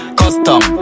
custom